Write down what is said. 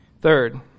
Third